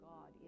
God